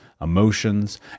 emotions